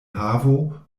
havo